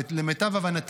למיטב הבנתי,